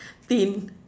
thin